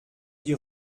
die